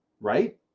right